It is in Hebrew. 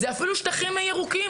זה אפילו שטחים ירוקים,